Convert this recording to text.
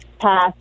Pass